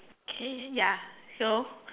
okay ya so